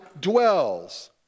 dwells